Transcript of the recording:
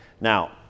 Now